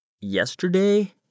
yesterday